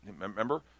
Remember